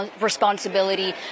responsibility